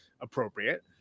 appropriate